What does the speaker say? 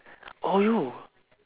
oh yo